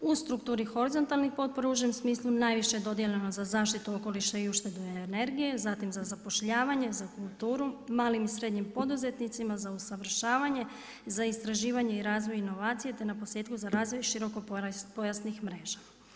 U strukturi horizontalnih potpora u užem smislu najviše je dodijeljeno za zaštitu okoliša i uštedu energije, zatim za zapošljavanje, za kulturu malim i srednjim poduzetnicima za usavršavanje, za istraživanje i razvoj i inovacije, te naposljetku za razvoj širokopojasnih mreža.